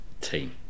team